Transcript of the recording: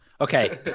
Okay